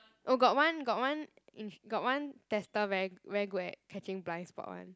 oh got one got one got one tester very very good at catching blind spot one